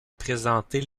présenter